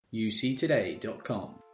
UCtoday.com